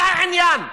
זה העניין.